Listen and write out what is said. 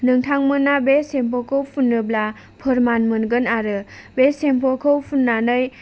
नोंथांमोना बे सेम्पुखौ फुनोब्ला फोरमान मोनगोन आरो बे सेम्पुखौ फुननानै